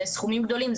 אלה סכומים גדולים,